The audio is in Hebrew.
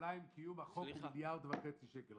בירושלים קיום החוק מסתכם במיליארד וחצי שקל,